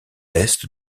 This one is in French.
est